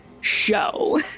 show